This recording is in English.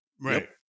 right